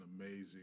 amazing